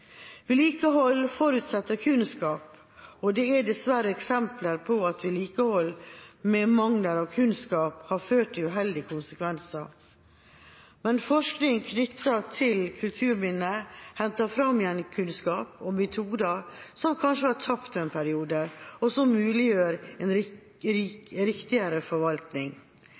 Vedlikehold forutsetter kunnskap, og det er dessverre eksempler på at vedlikehold med mangel på kunnskap har fått uheldige konsekvenser. Men forskning knyttet til kulturminner henter fram igjen kunnskap og metoder som kanskje var tapt en periode, og som muliggjør en riktigere forvaltning.